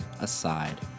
aside